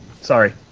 Sorry